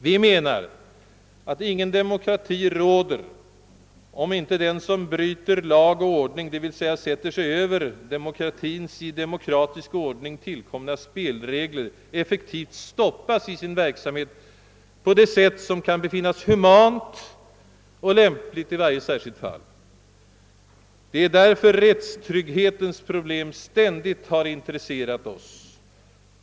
Vi menar att ingen demokrati råder, om inte den som bryter lag och ordning — d. v. s. sätter sig över demokratins i demokratisk ordning tillkomna spelregler — effektivt stoppas i sin verksamhet på det sätt som kan befinnas humant och lämpligt i varje särskilt fall. Därför har rättstrygghetens problem ständigt intresserat oss.